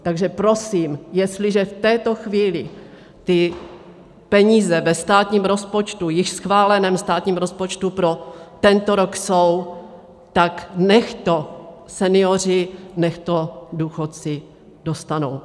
Takže prosím, jestliže v této chvíli ty peníze ve státním rozpočtu, již schváleném státním rozpočtu, pro tento rok jsou, tak nechť to senioři, nechť to důchodci dostanou.